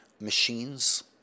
machines